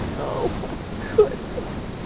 oh, i couldn't,